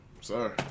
Sorry